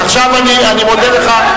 עכשיו אני מודה לך.